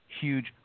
huge